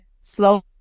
slow